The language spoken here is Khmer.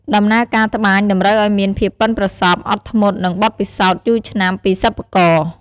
ដំណើរការត្បាញតម្រូវឱ្យមានភាពប៉ិនប្រសប់ អត់ធ្មត់ និងបទពិសោធន៍យូរឆ្នាំពីសិប្បករ។